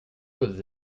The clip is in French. vos